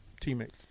teammates